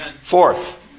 Fourth